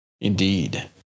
Indeed